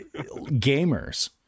gamers